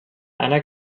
einer